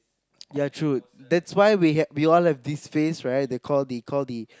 ya true that's why we had we all have this phrase right they call the call the